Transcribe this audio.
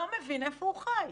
לא מבין איפה הוא חי.